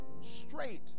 straight